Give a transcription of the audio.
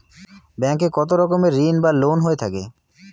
Bank এ কত রকমের ঋণ বা লোন হয়ে থাকে?